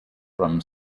from